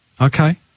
Okay